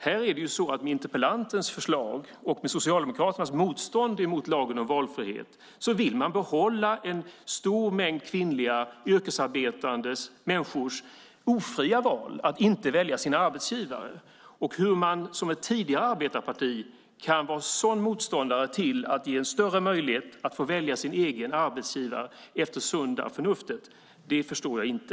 Med interpellantens förslag och med Socialdemokraternas motstånd mot lagen om valfrihet vill man behålla en stor mängd kvinnliga yrkesarbetande människors ofria val att inte kunna välja sin arbetsgivare. Hur man som ett tidigare arbetarparti kan vara sådan motståndare till större möjlighet att få välja sin egen arbetsgivare efter sunda förnuftet förstår jag inte.